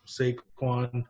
Saquon